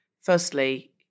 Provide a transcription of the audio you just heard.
Firstly